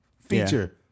feature